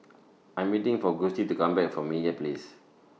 I'm waiting For Gustie to Come Back from Meyer Place